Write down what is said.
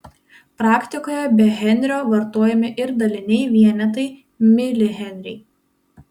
praktikoje be henrio vartojami ir daliniai vienetai milihenriai